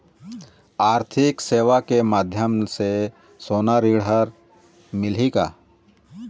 आरथिक सेवाएँ के माध्यम से सोना ऋण हर मिलही का?